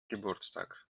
geburtstag